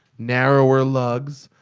narrower lugs,